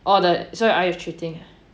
orh the so are you treating